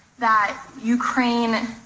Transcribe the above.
that ukraine